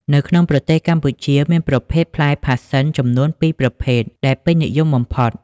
នៅក្នុងប្រទេសកម្ពុជាមានប្រភេទផ្លែផាសសិន ចំនួន ពីរប្រភេទ ដែលពេញនិយមបំផុត។